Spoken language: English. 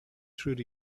through